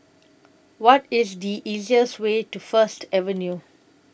What IS The easiest Way to First Avenue